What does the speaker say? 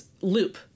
loop